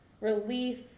Relief